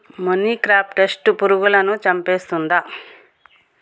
మొనిక్రప్టస్ పురుగులను చంపేస్తుందా?